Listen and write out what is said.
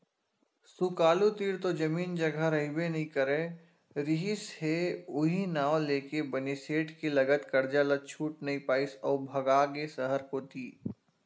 सुकालू तीर तो जमीन जघा रहिबे नइ करे रिहिस हे उहीं नांव लेके बने सेठ के लगत करजा ल छूट नइ पाइस अउ भगागे सहर कोती